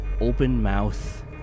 open-mouth